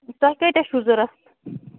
تۄہہِ کۭتیاہ چھِو ضروٗرت